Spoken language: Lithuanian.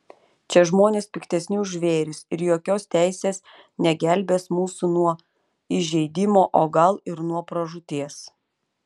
čia žmonės piktesni už žvėris ir jokios teisės negelbės mūsų nuo įžeidimo o gal ir nuo pražūties